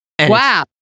Wow